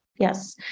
Yes